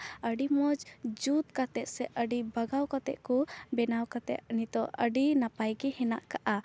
ᱟ ᱰᱤ ᱢᱚᱡᱽ ᱡᱩᱛ ᱠᱟᱛᱮᱜ ᱥᱮ ᱟᱹᱰᱤ ᱵᱟᱜᱟᱣ ᱠᱟᱛᱮᱜ ᱠᱚ ᱵᱮᱱᱟᱣ ᱠᱟᱛᱮᱜ ᱱᱤᱛᱚᱜ ᱟᱹᱰᱤ ᱱᱟᱯᱟᱭ ᱜᱮ ᱦᱮᱱᱟᱜ ᱠᱟᱜᱼᱟ